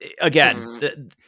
Again